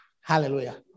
Hallelujah